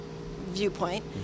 viewpoint